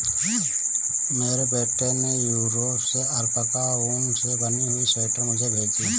मेरे बेटे ने यूरोप से अल्पाका ऊन से बनी हुई स्वेटर मुझे भेजी है